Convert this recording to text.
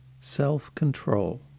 self-control